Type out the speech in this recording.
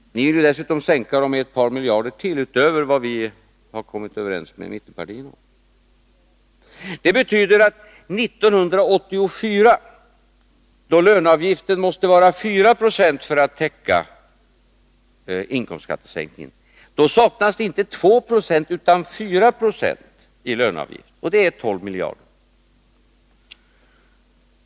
— Vi vill dessutom sänka inkomstskatterna med ett par miljarder utöver vad vi har kommit överens med mittenpartierna om. Det betyder att 1984 — då löneavgiften måste vara 4 90 för att täcka inkomstskattesänkningen — saknas inte 2 20 utan 4 90 i löneavgifter, och det är 12 miljarder.